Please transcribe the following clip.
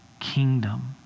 kingdom